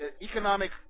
economic